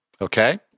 okay